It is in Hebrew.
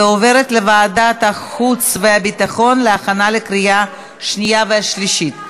ועוברת לוועדת החוץ והביטחון להכנה לקריאה שנייה ושלישית.